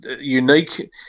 unique